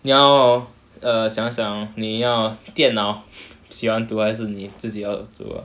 你要 err 想想你要电脑喜欢读还是你自己要读的